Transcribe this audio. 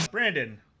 Brandon